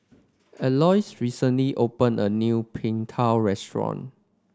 Alois recently opened a new Png Tao Restaurant